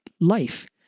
life